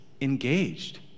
engaged